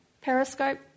Periscope